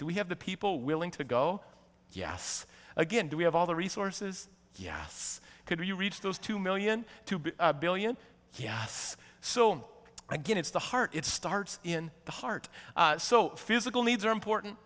do we have the people willing to go yes again do we have all the resources yes can we reach those two million to be billion yes so again it's the heart it starts in the heart so physical needs are important